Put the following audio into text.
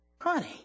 honey